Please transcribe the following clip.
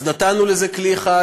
אז נתנו לזה כלי אחד,